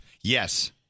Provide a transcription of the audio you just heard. Yes